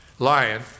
Lion